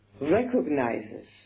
recognizes